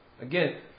again